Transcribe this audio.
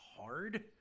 hard